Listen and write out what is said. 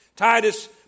Titus